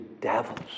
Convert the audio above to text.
devils